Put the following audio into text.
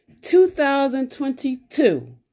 2022